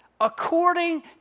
According